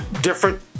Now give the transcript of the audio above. different